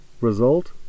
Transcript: Result